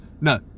no